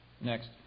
Next